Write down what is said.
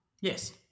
yes